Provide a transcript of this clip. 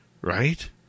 right